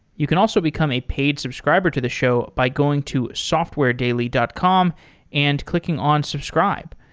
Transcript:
you can also become a paid subscriber to the show by going to software daily dot com and clicking on subscribe.